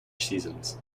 seasons